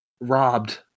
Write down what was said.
robbed